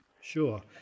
Sure